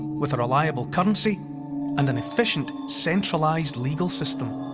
with a reliable currency and an efficient centralised legal system.